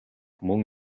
мөн